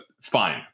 Fine